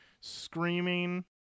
screaming